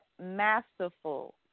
masterful